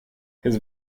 his